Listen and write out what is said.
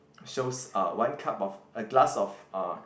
shows uh one cup of a glass of uh